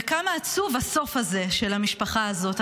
וכמה עצוב הסוף הזה, של המשפחה הזאת.